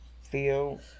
feel